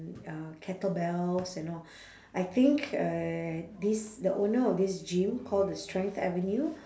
uh kettle bells and all I think uh this the owner of this gym called the strength avenue